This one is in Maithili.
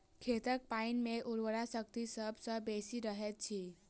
खेतक पाइन मे उर्वरा शक्ति सभ सॅ बेसी रहैत अछि